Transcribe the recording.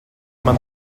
man